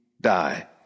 die